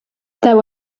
there